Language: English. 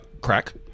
crack